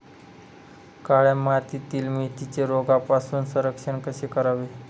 काळ्या मातीतील मेथीचे रोगापासून संरक्षण कसे करावे?